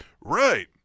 Right